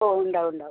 ഓ ഉണ്ടാകും ഉണ്ടാകും